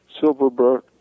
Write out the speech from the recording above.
Silverberg